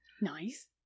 Nice